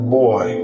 boy